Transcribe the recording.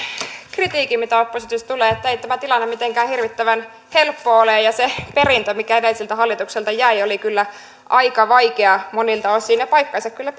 kritiikin mitä oppositiosta tulee eihän tämä tilanne mitenkään hirvittävän helppo ole ja se perintö mikä edelliseltä hallitukselta jäi oli kyllä aika vaikea monilta osin ja paikkansa kyllä